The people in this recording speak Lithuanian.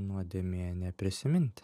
nuodėmė neprisiminti